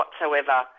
whatsoever